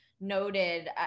noted